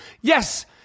Yes